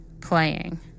Playing